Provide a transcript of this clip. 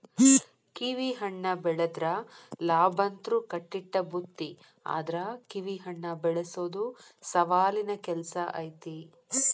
ಕಿವಿಹಣ್ಣ ಬೆಳದ್ರ ಲಾಭಂತ್ರು ಕಟ್ಟಿಟ್ಟ ಬುತ್ತಿ ಆದ್ರ ಕಿವಿಹಣ್ಣ ಬೆಳಸೊದು ಸವಾಲಿನ ಕೆಲ್ಸ ಐತಿ